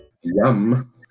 Yum